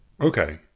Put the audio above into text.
Okay